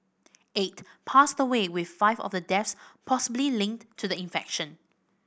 eight passed away with five of the deaths possibly linked to the infection